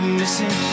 missing